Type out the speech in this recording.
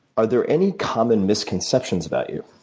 are there any common misconceptions about you?